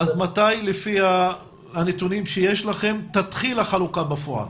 לפי הנתונים שלכם, מתי תתחיל החלוקה בפועל?